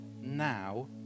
now